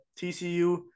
TCU